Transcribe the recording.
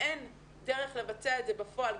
אין דרך לבצע את זה בפועל,